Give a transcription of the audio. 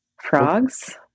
frogs